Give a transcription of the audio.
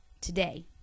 today